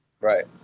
Right